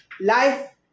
life